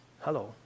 hello